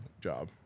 job